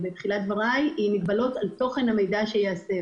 שלישי, מגבלות על תוכן המידע שייאסף.